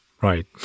Right